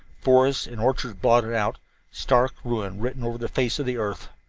forests and orchards blotted out stark ruin written over the face of the earth.